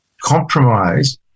compromise